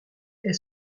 est